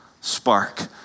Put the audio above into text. spark